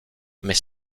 mais